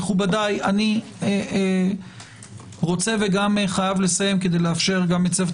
אני רוצה וגם חייב לסיים כדי לאפשר לצוות